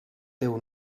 teu